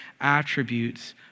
attributes